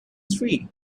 three